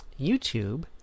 YouTube